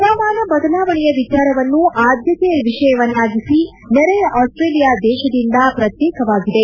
ಪವಾಮಾನ ಬದಲಾವಣೆಯ ವಿಚಾರವನ್ನು ಆದ್ಯತೆಯ ವಿಷಯವನ್ನಾಗಿಸಿ ನೆರೆಯ ಆಸ್ವೇಲಿಯಾ ದೇಶದಿಂದ ಪ್ರತ್ಯೇಕವಾಗಿದೆ